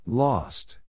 Lost